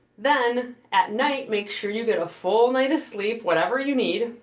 then, at night, make sure you get a full night of sleep. whatever you need.